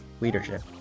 Leadership